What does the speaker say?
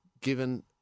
given